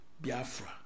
Biafra